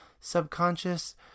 subconscious